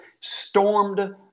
stormed